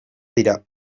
dira